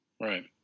Right